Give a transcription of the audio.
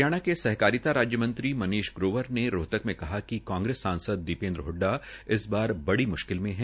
हरियाणा के सहकारिता राज्य मंत्री मनीष ग्रोवर ने रोहतक में कहा है कि कांग्रेस सासंद दीपेन्द्र हडडा इस बार बड़ी म्श्किल में है